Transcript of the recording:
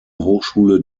hochschule